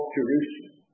Jerusalem